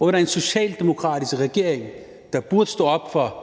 under en socialdemokratisk regering, der burde stå op for